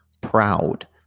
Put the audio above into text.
proud